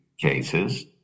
cases